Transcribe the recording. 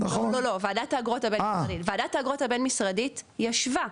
וועדת האגרות הבין-משרדית ישבה,